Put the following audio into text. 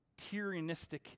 tyrannistic